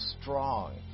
strong